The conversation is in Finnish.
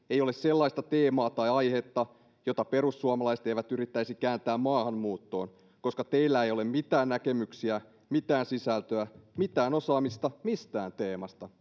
ei ole sellaista teemaa tai aihetta jota perussuomalaiset eivät yrittäisi kääntää maahanmuuttoon koska teillä ei ole mitään näkemyksiä mitään sisältöä mitään osaamista mistään teemasta